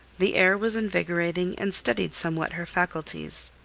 the air was invigorating and steadied somewhat her faculties.